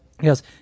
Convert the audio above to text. Yes